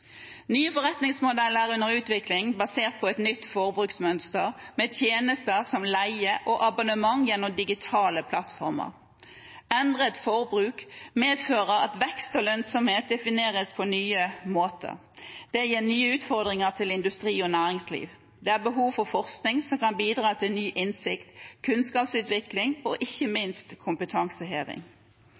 Nye forretningsmodeller er under utvikling, basert på et nytt forbruksmønster med tjenester som leie og abonnement gjennom digitale plattformer. Endret forbruk medfører at vekst og lønnsomhet defineres på nye måter. Det gir nye utfordringer for industri og næringsliv. Det er behov for forskning som kan bidra til ny innsikt, kunnskapsutvikling og ikke minst kompetanseheving.